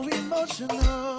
emotional